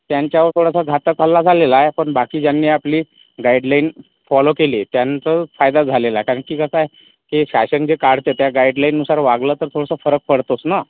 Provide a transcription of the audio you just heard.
त्यांच्यावर थोडासा घातक हल्ला झालेला आहे पण बाकी ज्यांनी आपली गाईडलाईन फॉलो केली त्यांचं फायदा झालेला आहे कारण की कसं आहे की शासन जे काढते त्या गाईडलाईननुसार वागलं तर थोडसं फरक पडतोच ना